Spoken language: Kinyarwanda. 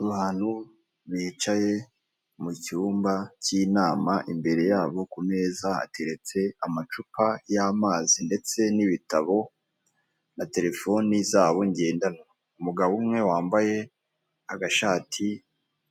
Abantu bicaye mu cyumba k'inama imbere yabo kumeza hateretse amacupa y'amazi ndetse n'ibitabo na terefone zabo ngendanwa, umugabo umwe wambaye agashati